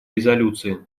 резолюции